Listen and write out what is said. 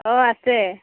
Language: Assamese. অ' আছে